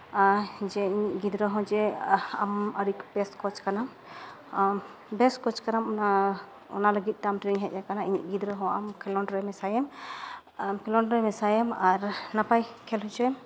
ᱟᱨ ᱡᱮ ᱤᱧᱤᱡ ᱜᱤᱫᱽᱨᱟᱹ ᱦᱚᱸ ᱡᱮ ᱟᱢ ᱟᱹᱰᱤ ᱵᱮᱥ ᱠᱳᱪ ᱠᱟᱱᱟᱢ ᱟᱢ ᱵᱮᱥ ᱠᱳᱪ ᱠᱟᱱᱟᱢ ᱚᱱᱟ ᱚᱱᱟ ᱞᱟᱹᱜᱤᱫᱛᱮ ᱟᱢ ᱴᱷᱮᱱᱤᱧ ᱦᱮᱡ ᱟᱠᱟᱱᱟ ᱤᱧᱤᱡ ᱜᱤᱫᱽᱨᱟᱹ ᱦᱚᱸ ᱟᱢ ᱠᱷᱮᱞᱳᱰᱨᱮ ᱢᱮᱥᱟᱭᱮᱢ ᱟᱢ ᱠᱷᱮᱞᱳᱰᱨᱮ ᱢᱮᱥᱟᱭᱮᱢ ᱟᱨ ᱱᱟᱯᱟᱭ ᱠᱷᱮᱞ ᱦᱚᱪᱚᱭᱮᱢ